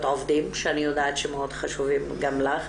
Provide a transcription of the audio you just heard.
העובדים שאני יודעת שמאוד חשובים גם לך,